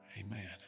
amen